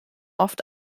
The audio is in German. oft